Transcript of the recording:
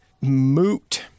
Moot